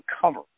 cover